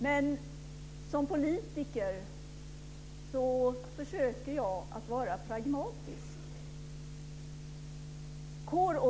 Men som politiker försöker jag att vara pragmatisk.